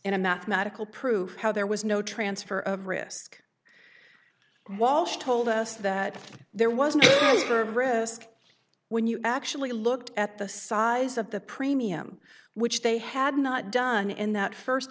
in a mathematical proof how there was no transfer of risk walsh told us that there was a third risk when you actually looked at the size of the premium which they had not done in that first